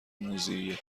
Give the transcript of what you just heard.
موذیه